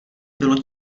bylo